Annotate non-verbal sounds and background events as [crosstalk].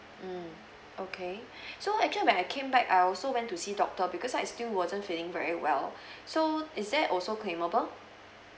mm okay [breath] so actually when I came back I also went to see doctor because I still wasn't feeling very well so is that also claimable